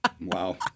Wow